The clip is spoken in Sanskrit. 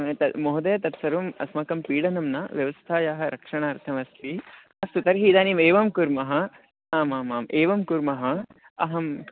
एतद् महोदय तत्सर्वम् अस्माकं पीडनं न व्यवस्थायाः रक्षणार्थमस्ति अस्तु तर्हि इदानीम् एवं कुर्मः आमामाम् एवं कुर्मः अहं